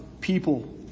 people